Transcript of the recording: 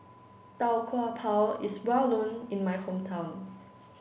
Tau Kwa Pau is well known in my hometown